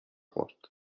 خورد